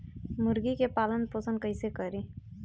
मुर्गी के पालन पोषण कैसे करी?